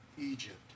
Egypt